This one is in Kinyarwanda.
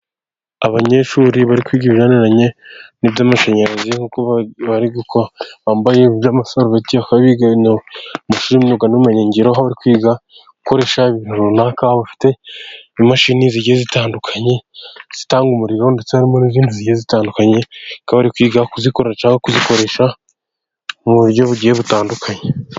Abanyeshuri bari kwiga ibijyaniranye n'iby'amashanyarazi ,bari gukora bambaye iby'amasarubeti, biga iby'amashuri y'imyuga n'umumenyingiro ,aho kwiga gukoresha ibintu runaka, aho bafite imashini zigiye zitandukanye, zitanga umuriro ndetse hari n'izindi zigiye zitandukanye, bakaba bari kwiga kuzikora cyangwa kuzikoresha mu buryo bugiye butandukanye.